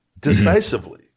decisively